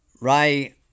Ray